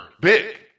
big